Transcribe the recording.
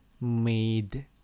made